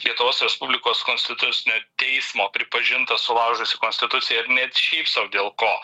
lietuvos respublikos konstitucinio teismo pripažintas sulaužęs konstituciją ir net šiaip sau dėl ko